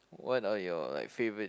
what are your like favourite